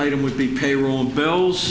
item would be payroll bills